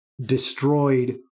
destroyed